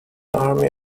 army